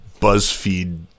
BuzzFeed